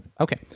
Okay